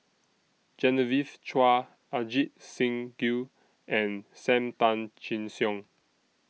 Genevieve Chua Ajit Singh Gill and SAM Tan Chin Siong